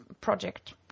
project